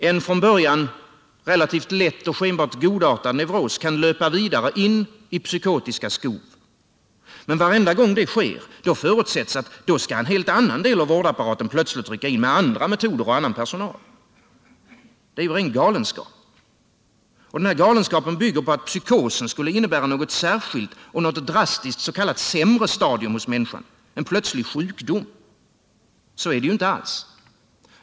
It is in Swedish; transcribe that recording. En från början relativt lätt och godartad neuros kan löpa vidare in i psykotiska skov. Men varenda gång det sker förutsätts att då skall en helt annan del av vårdapparaten rycka in, med andra metoder och annan personal. Det är ju ren galenskap. Och galenskapen bygger på att psykosen skulle innebära något särskilt och något drastiskt ”sämre” stadium hos människan, en plötslig ”sjukdom”. Så är det ju inte alls.